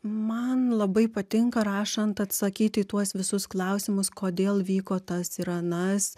man labai patinka rašant atsakyti į tuos visus klausimus kodėl vyko tas ir anas